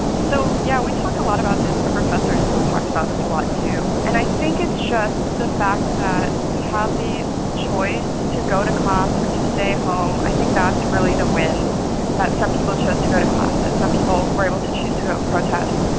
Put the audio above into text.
so yeah. we talked a lot about this our professors talked about this a lot, too. and i think it's just the fact that we have the choice to go to class or to stay home. i think that's really the win in that some people chose to go to class. some people were able to choose to go protest.